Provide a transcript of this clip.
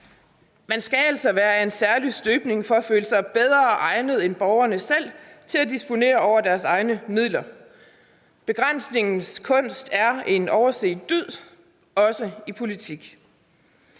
Man skal altså være af en særlig støbning for at føle sig bedre egnet end borgerne selv til at disponere over deres egne midler. Begrænsningens kunst er en overset dyd, også i politik.